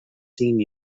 seen